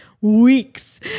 weeks